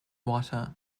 water